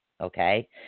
okay